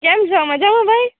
કેમ છો મજામાં ભાઈ